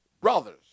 brothers